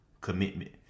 commitment